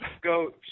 go